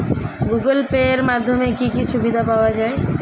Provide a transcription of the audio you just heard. Google Pay এর মাধ্যমে কি কি সুবিধা পাওয়া যায়?